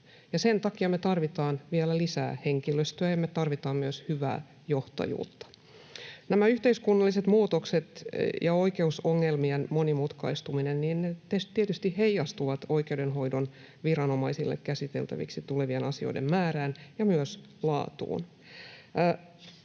sen takia me tarvitaan vielä lisää henkilöstöä ja me tarvitaan myös hyvää johtajuutta. Nämä yhteiskunnalliset muutokset ja oikeusongelmien monimutkaistuminen tietysti heijastuvat oikeudenhoidon viranomaisille käsiteltäviksi tulevien asioiden määrään ja myös laatuun.